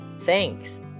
thanks